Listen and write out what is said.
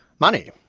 money.